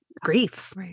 grief